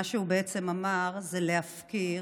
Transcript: מה שהוא בעצם אמר זה להפקיר